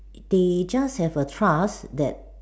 they just have a trust that